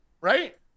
Right